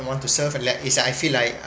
don't want to serve like is I feel like